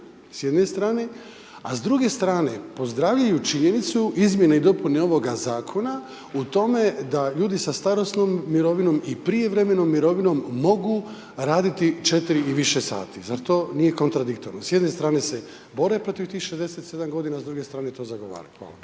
s jedne strane, a s druge strane, pozdravljaju činjenicu izmjene i dopune ovoga zakona, u tome da ljudi sa starosnom mirovinom i prijevremenom mirovinom, mogu raditi 4 i više sati, zar to nije kontradiktorno. S jedne strne se bore protiv tih 67 g., s druge strane to zagovaraju. Hvala.